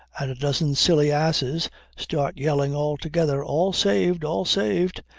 and a dozen silly asses start yelling all together, all saved! all saved,